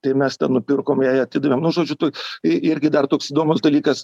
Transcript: tai mes ten nupirkom jai atidavėm nu žodžiu tai irgi dar toks įdomus dalykas